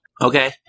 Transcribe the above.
Okay